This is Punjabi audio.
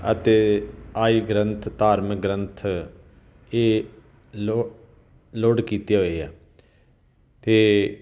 ਅਤੇ ਆਈਗ੍ਰੰਥ ਧਾਰਮਿਕ ਗ੍ਰੰਥ ਇਹ ਲੋ ਲੋਡ ਕੀਤੇ ਹੋਏ ਆ ਅਤੇ